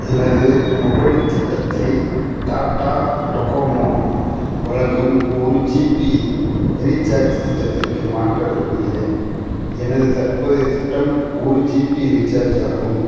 எனது மொபைல் திட்டத்தை டாடா டோகோமோ வழங்கும் ஒரு ஜிபி ரீசார்ஜ் திட்டத்திற்கு மாற்ற விரும்புகிறேன் எனது தற்போதைய திட்டம் ஒரு ஜிபி ரீசார்ஜ் ஆகும்